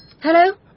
Hello